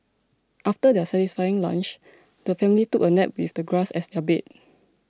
after their satisfying lunch the family took a nap with the grass as their bed